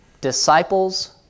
Disciples